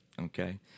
okay